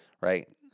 right